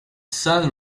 sun